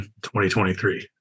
2023